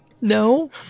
No